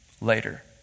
later